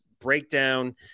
breakdown